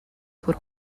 por